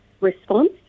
response